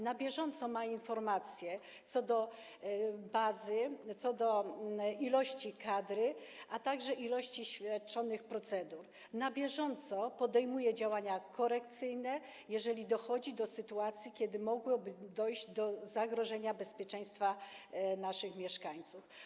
Na bieżąco ma informacje co do bazy, co do liczebności kadry, a także liczby świadczonych procedur i na bieżąco podejmuje działania korekcyjne, jeżeli dochodzi do sytuacji, które mogłyby prowadzić do zagrożenia bezpieczeństwa naszych mieszkańców.